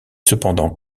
cependant